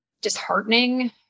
disheartening